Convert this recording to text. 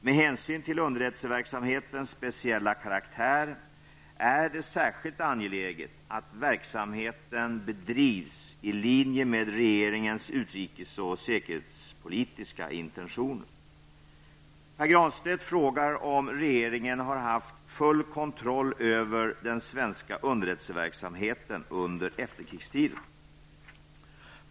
Med hänsyn till underrättelseverksamhetens speciella karaktär är det särskilt angeläget att verksamheten bedrivs i linje med regeringens utrikes och säkerhetspolitiska intentioner. Pär Granstedt frågar om regeringen har haft full kontroll över den svenska underrättelseverksamheten under efterkrigstiden.